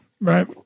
Right